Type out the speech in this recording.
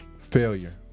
Failure